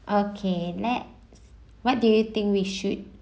okay let what do you think we should